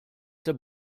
der